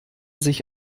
sich